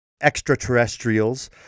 extraterrestrials